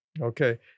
Okay